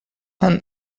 and